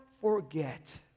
forget